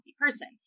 person